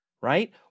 right